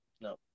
No